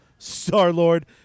Star-Lord